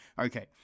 Okay